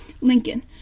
Lincoln